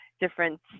different